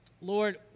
Lord